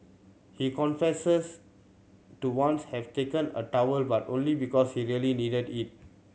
he confessors to once have taken a towel but only because he really needed it